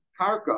karka